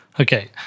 Okay